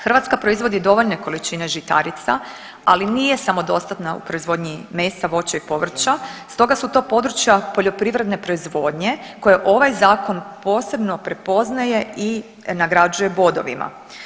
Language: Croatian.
Hrvatska proizvodi dovoljne količine žitarica, ali nije samodostatna u proizvodnji mesa, voća i povrća, stoga su to područja poljoprivredne proizvodnje koje ovaj zakon posebno prepoznaje i nagrađuje bodovima.